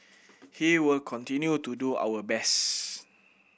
he will continue to do our best